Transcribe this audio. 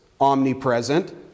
omnipresent